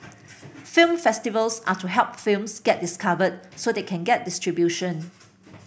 film festivals are to help films get discovered so they can get distribution